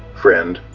friend,